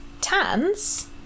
tans